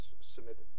submitted